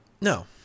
no